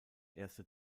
erste